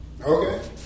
okay